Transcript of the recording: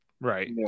Right